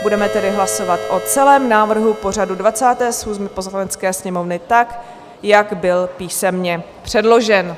Budeme tedy hlasovat o celém návrhu pořadu 27. schůze Poslanecké sněmovny tak, jak byl písemně předložen.